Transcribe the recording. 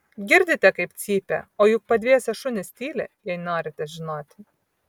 girdite kaip cypia o juk padvėsę šunys tyli jei norite žinoti